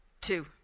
two